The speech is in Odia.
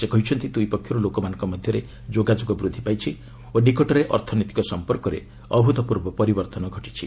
ସେ କହିଛନ୍ତି ଦୁଇ ପକ୍ଷରୁ ଲୋକମାନଙ୍କ ମଧ୍ୟରେ ଯୋଗାଯୋଗ ବୃଦ୍ଧି ପାଇଛି ଓ ନିକଟରେ ଅର୍ଥନୈତିକ ସମ୍ପର୍କରେ ଅଭ୍ରୁତ୍ପର୍ବ ପରିବର୍ତ୍ତନ ଘଟିଛି